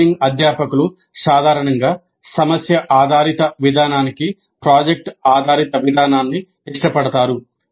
engineering అధ్యాపకులు సాధారణంగా సమస్య ఆధారిత విధానానికి ప్రాజెక్ట్ ఆధారిత విధానాన్ని ఇష్టపడతారు